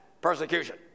persecution